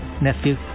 nephew